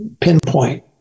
pinpoint